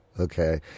Okay